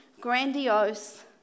grandiose